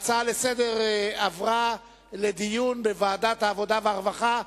לסדר-היום עברה לדיון בוועדת העבודה והרווחה.